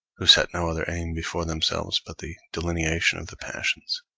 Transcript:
who set no other aim before themselves but the delineation of the passions